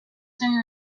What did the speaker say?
soon